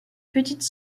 petite